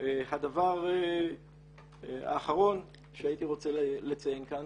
והדבר האחרון שהייתי רוצה לציין כאן,